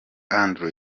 andrew